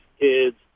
kids